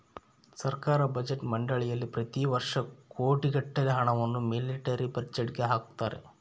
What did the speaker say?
ಸರ್ಕಾರ ಬಜೆಟ್ ಮಂಡಳಿಯಲ್ಲಿ ಪ್ರತಿ ವರ್ಷ ಕೋಟಿಗಟ್ಟಲೆ ಹಣವನ್ನು ಮಿಲಿಟರಿ ಬಜೆಟ್ಗೆ ಹಾಕುತ್ತಾರೆ